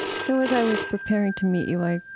so as i was preparing to meet you, i